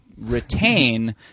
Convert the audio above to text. retain